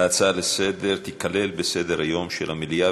ההצעה לסדר תיכלל בסדר-היום של המליאה.